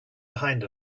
behind